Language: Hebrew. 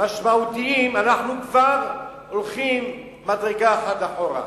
משמעותיים אנחנו כבר הולכים מדרגה אחת אחורה.